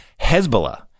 Hezbollah